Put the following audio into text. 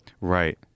Right